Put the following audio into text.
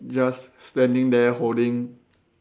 just standing there holding